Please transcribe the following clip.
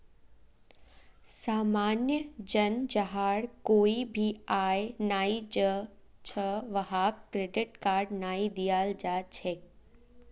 सामान्य जन जहार कोई भी आय नइ छ वहाक क्रेडिट कार्ड नइ दियाल जा छेक